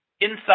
inside